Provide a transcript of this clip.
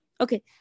okay